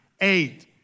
eight